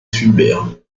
fulbert